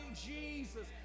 Jesus